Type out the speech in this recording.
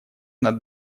над